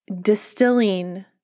distilling